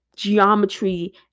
geometry